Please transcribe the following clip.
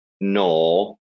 no